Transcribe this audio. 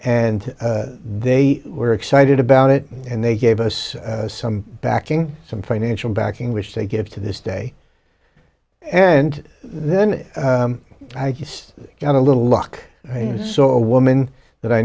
and they were excited about it and they gave us some backing some financial backing which they give to this day and then i just got a little luck i saw a woman that i